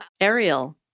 Ariel